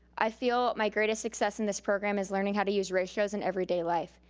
i feel my greatest success in this program is learning how to use ratios in everyday life.